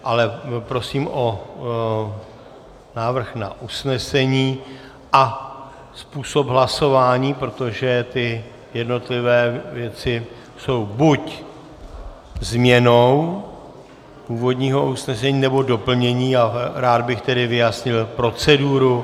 Ale prosím o návrh na usnesení a způsob hlasování, protože ty jednotlivé věci jsou buď změnou původního usnesení, nebo doplněním, a rád bych tedy vyjasnil proceduru.